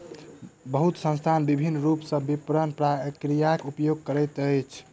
बहुत संस्थान विभिन्न रूप सॅ विपरण प्रक्रियाक उपयोग करैत अछि